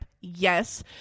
yes